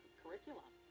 curriculum